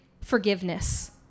forgiveness